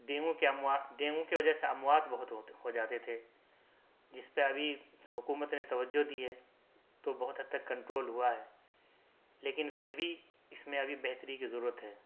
dengue کے اموات dengue کے وجہ سے اموات بہت ہوتے ہوجاتے تھے جس پہ ابھی حکومت نے توجہ دی ہے تو بہت حد تک کنٹرول ہوا ہے لیکن پھر بھی اس میں ابھی بہتری کی ضرورت ہے